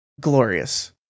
glorious